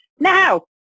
Now